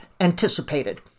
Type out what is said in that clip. anticipated